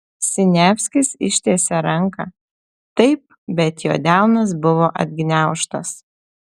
siniavskis ištiesė ranką taip bet jo delnas buvo atgniaužtas